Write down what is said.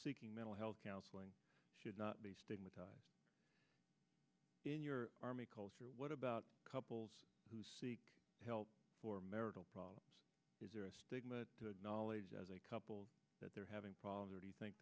mental health counseling should not be stigmatized in your army culture what about couples who seek help for marital problems is there a stigma to knowledge as a couple that they're having problems or do you think